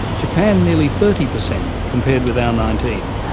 japan nearly thirty percent compared with our nineteen